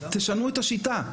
תשנו את השיטה,